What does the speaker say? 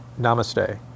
Namaste